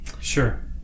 Sure